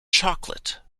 chocolate